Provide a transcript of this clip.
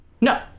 No